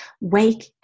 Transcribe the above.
wake